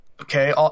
okay